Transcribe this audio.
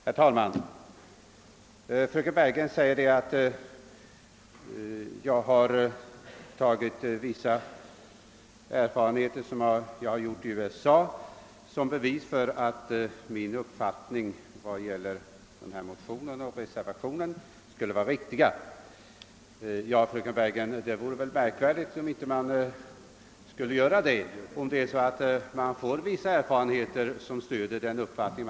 Herr talman! Fröken Bergegren säger att jag har åberopat vissa erfarenheter, som vi har gjort i USA, som bevis för att min uppfattning om motionen och reservationen skulle vara riktig. Ja, det vore märkvärdigt om jag inte skulle göra det när jag finner vissa erfarenheter som stöder min uppfattning.